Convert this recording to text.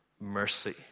mercy